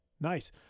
Nice